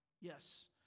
yes